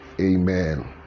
Amen